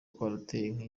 kwatewe